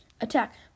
attack